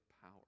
power